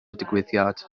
digwyddiad